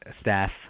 staff